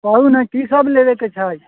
कहू ने की सभ लेबैके छै